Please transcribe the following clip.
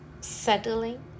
settling